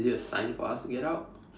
is it a sign for us to get out